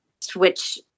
switch